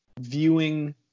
viewing